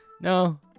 No